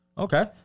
Okay